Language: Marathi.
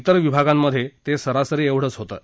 तेर विभागांमधे ते सरासरीएवढंच होतं